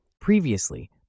Previously